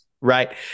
right